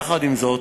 יחד עם זאת,